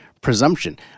presumption